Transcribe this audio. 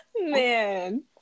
man